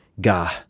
Gah